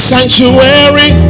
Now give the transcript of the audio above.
Sanctuary